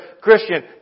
Christian